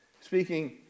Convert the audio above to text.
speaking